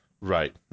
Right